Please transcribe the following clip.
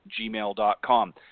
gmail.com